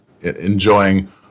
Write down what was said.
enjoying